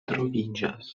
troviĝas